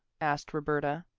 asked roberta.